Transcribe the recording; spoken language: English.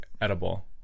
edible